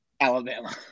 Alabama